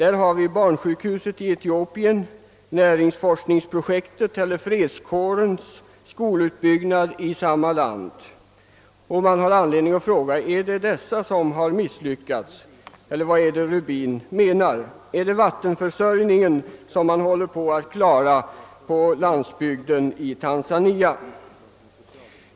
Är det barnsjukhuset i Etiopien, näringsforskningsprojektet och fredskårens skolutbyggnad i samma land som vi misslyckats med? är det vattenförsörjningen, som man håller på att klara på landsbygden i Tanzania? Eller vad är det?